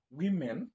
women